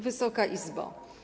Wysoka Izbo!